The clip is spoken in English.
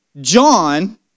John